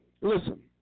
listen